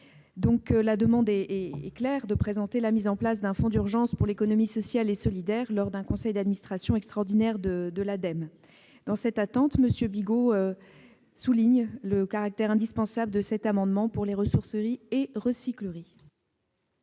Notre demande est donc claire : il faut présenter la mise en place d'un fonds d'urgence pour l'économie sociale et solidaire lors d'un conseil d'administration extraordinaire de l'Ademe. Dans cette attente, M. Bigot souligne le caractère indispensable de cet amendement pour les ressourceries et recycleries.